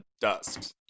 dust